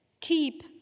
keep